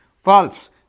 False